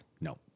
No